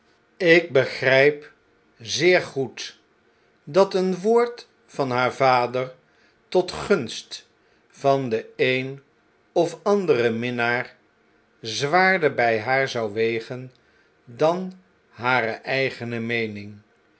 jk begrjjp zeer goed dat een woord van haar vader tot gunst van den een of anderen minnaar zwaarder by haar zou wegen dan hare eigene meening